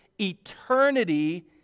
eternity